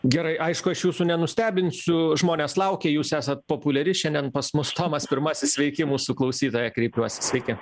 gerai aišku aš jūsų nenustebinsiu žmonės laukia jūs esat populiari šiandien pas mus tomas pirmasis sveiki į mūsų klausytoją kreipiuosi sveiki